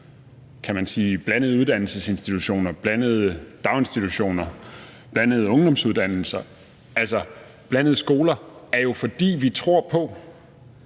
vi ønsker blandede uddannelsesinstitutioner, blandede daginstitutioner, blandede ungdomsuddannelser og blandede skoler, er jo, at vi tror på,